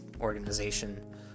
organization